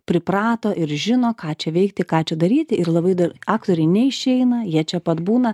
priprato ir žino ką čia veikti ką čia daryti ir labai dar aktoriai neišeina jie čia pat būna